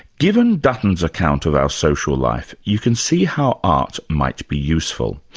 given dutton's account of our social life, you can see how art might be useful.